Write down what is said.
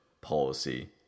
policy